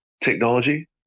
technology